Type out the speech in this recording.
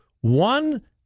one